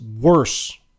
worse